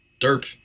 Derp